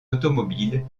automobiles